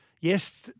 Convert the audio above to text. yes